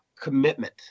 commitment